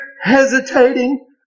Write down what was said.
hesitating